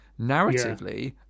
Narratively